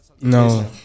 No